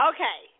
Okay